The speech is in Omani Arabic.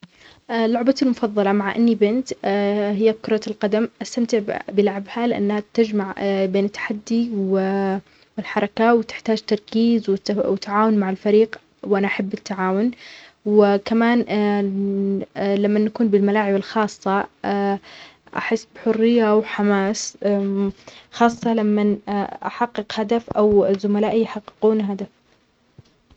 أ لعبتى المفظلة مع إنى بنت هى كرة القدم أستمتع بلعبها لأنها تجمع بين التحدي و والحركة وتحتاج تركيز وتعاون مع الفريق وأنا أحب التعاون، وكمان لما نكون بالملاعب الخاصة أحس بحرية وحماس خاصة لما أحقق هدف أو زملائى يحققون هدف.